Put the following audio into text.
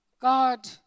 God